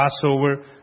Passover